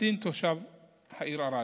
קטין תושב העיר ערד.